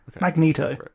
Magneto